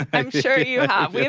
i'm sure you have.